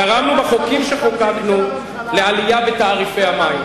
גרמנו בחוקים שחוקקנו לעלייה בתעריפי המים,